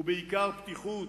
ובעיקר פתיחות